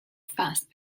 fast